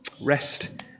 Rest